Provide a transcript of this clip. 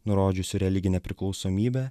nurodžiusių religinę priklausomybę